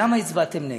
למה הצבעתם נגד?